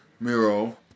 Miro